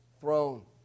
throne